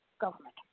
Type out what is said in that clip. government